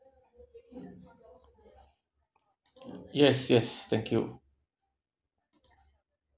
yes yes thank you